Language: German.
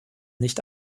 nicht